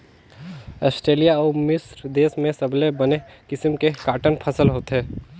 Australia अउ मिस्र देस में सबले बने किसम के कॉटन फसल होथे